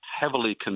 heavily